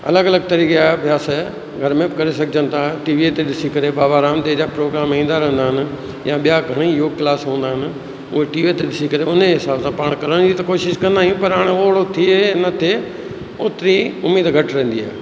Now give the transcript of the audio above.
अलॻि अलॻ तरीक़े जा अभ्यास घर में करे सघजनि था टीवीअ ते ॾिसी करे बाबा रामदेव जा प्रोग्राम ईंदा रहंदा आहिनि या ॿियां घणेई योग क्लास हूंदा आहिनि उहे टीवीअ ते ॾिसी करे उन हिसाब सां पाण करण जी त कोशिश कंदा आहियूं पर हाणे औड़ो थिए न थिए ओतिरी उमेदु घटि रहंदी आहे